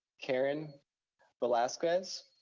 karen velasquez.